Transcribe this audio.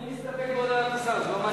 אני מסתפק בהודעת השר, זה לא מעניין אותי.